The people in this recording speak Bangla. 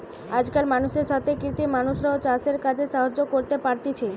আজকাল মানুষের সাথে কৃত্রিম মানুষরাও চাষের কাজে সাহায্য করতে পারতিছে